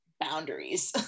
boundaries